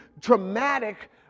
traumatic